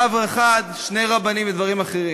רב אחד, שני רבנים ודברים אחרים,